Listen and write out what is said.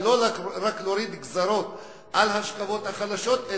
ולא רק להוריד גזירות על השכבות החלשות,